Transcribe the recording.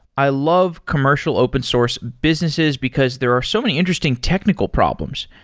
i love commercial open source businesses because there are so many interesting technical problems.